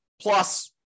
plus